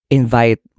invite